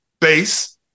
base